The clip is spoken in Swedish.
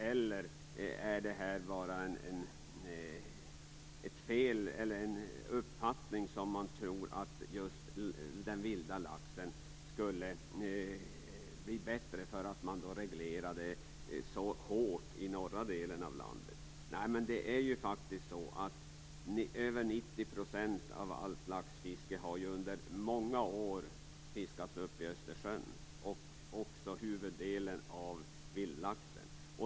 Eller handlar det bara om att man tror att det skulle bli bättre när det gäller just den vilda laxen för att man reglerar så hårt i norra delen av landet? Över 90 % av all lax har ju under många år fiskats upp i Östersjön, även huvuddelen av vildlaxen.